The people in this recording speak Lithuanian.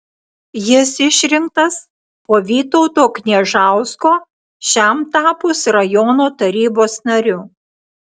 jis išrinktas po vytauto kniežausko šiam tapus rajono tarybos nariu